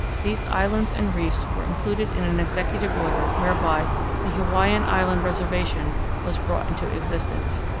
these islands and reefs were included in an executive order whereby the hawaiian island reservation was brought into existence.